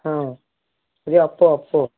ହଁ Oppo Oppo